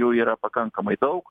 jų yra pakankamai daug